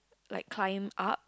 like climb up